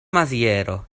maziero